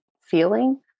feeling